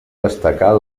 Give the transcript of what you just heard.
destacar